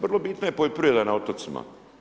Vrlo bitna je poljoprivreda na otocima.